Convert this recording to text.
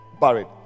buried